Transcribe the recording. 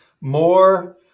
more